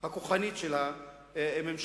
ההתנהלות הכוחנית של הממשלות,